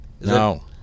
No